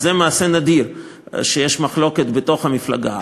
זה מעשה נדיר שיש מחלוקת בתוך המפלגה,